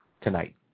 tonight